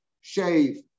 shave